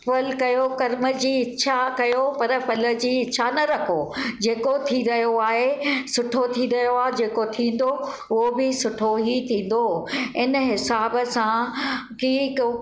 फल कयो कर्म जी इच्छा कयो पर फल जी इच्छा न रखो जेको थी रहियो आहे सुठो थी रहियो आहे जेको थींदो उहो बि सुठो ई थींदो इन हिसाब सां की को